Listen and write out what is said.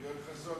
ההצעה